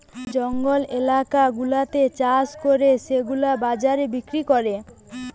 জঙ্গল এলাকা গুলাতে চাষ করে সেগুলা বাজারে বিক্রি করে